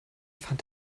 fand